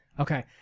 Okay